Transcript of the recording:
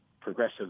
Progressive